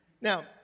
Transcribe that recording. Now